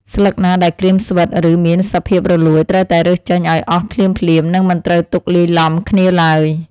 ស្លឹកណាដែលក្រៀមស្វិត ឬមានសភាពរលួយត្រូវតែរើសចេញឱ្យអស់ភ្លាមៗ និងមិនត្រូវទុកលាយឡំគ្នាឡើយ។